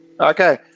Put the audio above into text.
okay